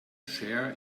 share